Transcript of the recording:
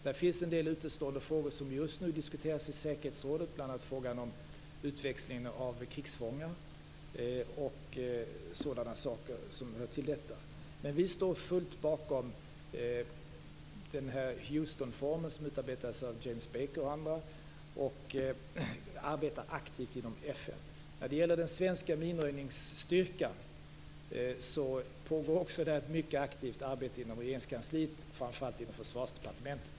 Det finns en del utestående frågor som just nu diskuteras i säkerhetsrådet, bl.a. frågan om utväxlingen av krigsfångar och sådant som hör till detta. Vi står dock fullt bakom Houstonformeln, som har utarbetats av bl.a. James Baker, och arbetar aktivt inom FN. Också när det gäller den svenska minröjningsstyrkan pågår det ett mycket aktivt arbete inom Regeringskansliet, framför allt inom Försvarsdepartementet.